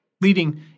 leading